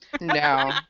No